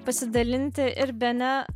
pasidalinti ir bene